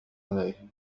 عليه